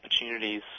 opportunities